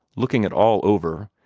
looking it all over,